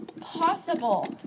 possible